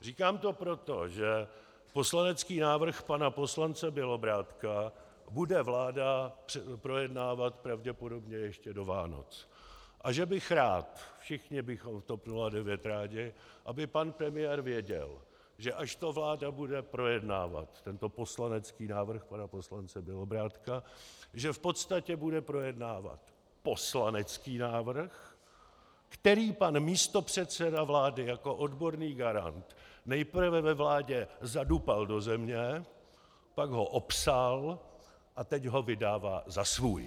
Říkám to proto, že poslanecký návrh pana poslance Bělobrádka bude vláda projednávat pravděpodobně ještě do Vánoc a že bych rád, všichni bychom v TOP 09 rádi, aby pan premiér věděl, že až vláda bude projednávat tento poslanecký návrh pana poslance Bělobrádka, že v podstatě bude projednávat poslanecký návrh, který pan místopředseda vlády jako odborný garant nejprve ve vládě zadupal do země, pak ho opsal a teď ho vydává za svůj.